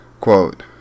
Quote